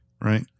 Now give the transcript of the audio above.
Right